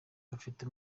bafite